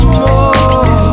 more